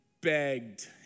begged